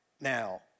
now